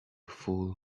fool